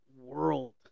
world